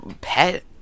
pet